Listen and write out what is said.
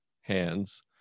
hands